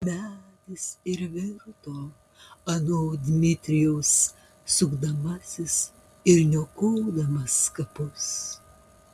medis ir virto anot dmitrijaus sukdamasis ir niokodamas kapus